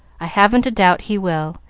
i haven't a doubt he will.